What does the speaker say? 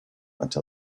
until